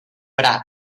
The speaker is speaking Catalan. braç